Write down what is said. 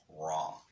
wrong